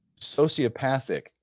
sociopathic